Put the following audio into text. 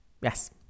yes